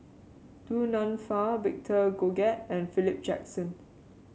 Du Nanfa Victor Doggett and Philip Jackson